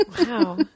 Wow